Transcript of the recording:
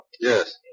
Yes